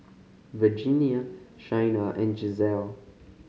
Virginia Shaina and Gisselle